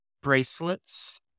bracelets